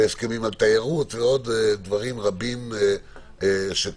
בהסכמים על תיירות ועוד דברים רבים שקורים.